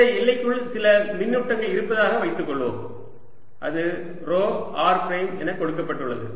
இந்த எல்லைக்குள் சில மின்னூட்டங்கள் இருப்பதாக வைத்துக்கொள்வோம் அது ρ r பிரைம் என கொடுக்கப்பட்டுள்ளது